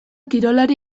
kirolari